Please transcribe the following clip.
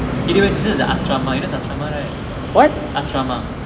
he didnt even know where's asrama you know where's asrama right asrama